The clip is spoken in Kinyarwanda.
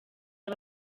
aba